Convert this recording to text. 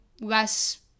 less